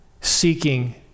seeking